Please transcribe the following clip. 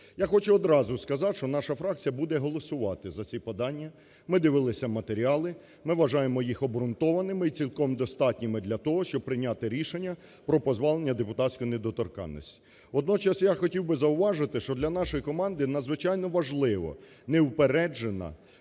Я хочу одразу сказати, що наша фракція буде голосувати за ці подання. Ми дивилися матеріали, ми вважаємо їх обґрунтованими і цілком достатніми для того, щоб прийняти рішення про позбавлення депутатської недоторканності. Водночас я хотів би зауважити, що для нашої команди надзвичайно важлива неупереджена,